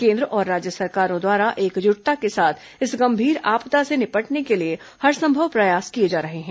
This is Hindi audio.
केन्द्र और राज्य सरकारों द्वारा एकजुटता के साथ इस गंभीर आपदा से निपटने के लिए हरसंभव प्रयास किए जा रहे हैं